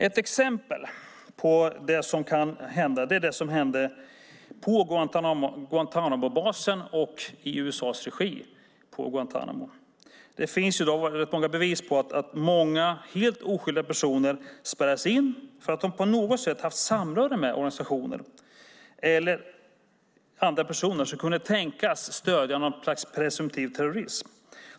Ett exempel på det som kan hända är vad som hände på Guantánamobasen i USA:s regi. Det finns i dag bevis på att många helt oskyldiga personer spärrades in för att de på något sätt haft samröre med organisationer eller andra personer som kunde tänkas stödja något slags presumtiv terrorism.